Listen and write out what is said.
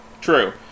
true